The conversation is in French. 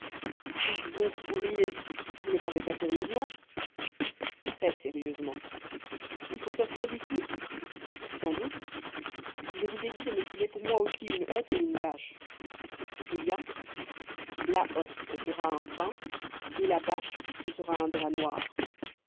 bon vous riez vous ne parlez pas sérieusement très sérieusement il faut sortir d'ici sans doute je vous ai dit de me trouver pour moi aussi une hotte et une bâche eh bien la hotte sera en sapin et la bâche sera un drap noir